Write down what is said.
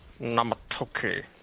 Namatoki